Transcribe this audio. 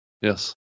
Yes